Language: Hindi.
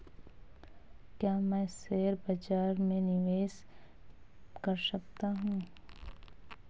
क्या मैं शेयर बाज़ार में निवेश कर सकता हूँ?